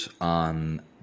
on